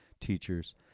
teachers